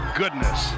goodness